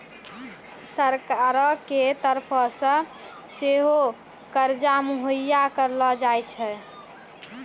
सरकारो के तरफो से सेहो कर्जा मुहैय्या करलो जाय छै